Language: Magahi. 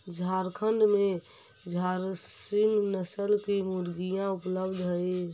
झारखण्ड में झारसीम नस्ल की मुर्गियाँ उपलब्ध हई